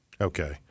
Okay